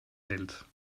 welt